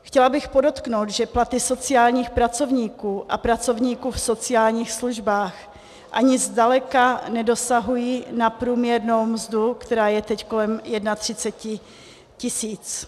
Chtěla bych podotknout, že platy sociálních pracovníků a pracovníků v sociálních službách ani zdaleka nedosahují na průměrnou mzdu, která je teď kolem 31 tisíc.